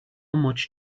much